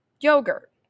yogurt